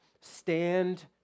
stand